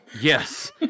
Yes